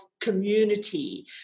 community